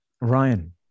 Ryan